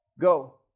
Go